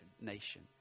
nation